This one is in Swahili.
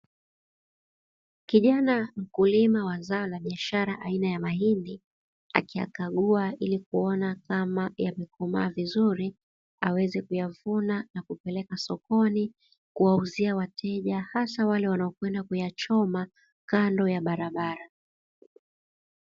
Kijana mkulima wa zao la biashara aina ya mahindi, akiyakagua ili kuona kama yamekomaa vizuri aweze kuyavuna na kupeleka sokoni kuwauzia wateja hasa wale wanaokwenda kuyachoma kando ya barabara.